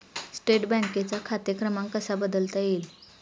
State बँकेचा खाते क्रमांक कसा बदलता येईल?